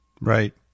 Right